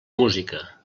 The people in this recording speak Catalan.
música